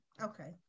Okay